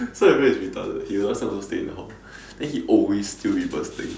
so my friend is retarded he last time also stay in hall then he always steals people's things